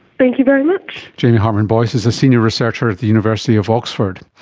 thank you very much. jamie hartmann-boyce is a senior researcher at the university of oxford.